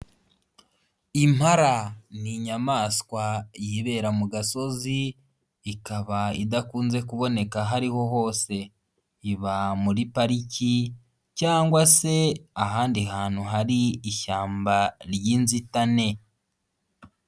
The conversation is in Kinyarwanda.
Impara ni inyamaswa yibera mu gasozi, ikaba idakunze kuboneka aho ari ho hose, iba muri pariki cyangwa se ahandi hantu hari ishyamba ry'inzitane.